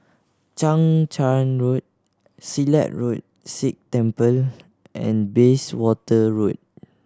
Chang Charn Road Silat Road Sikh Temple and Bayswater Road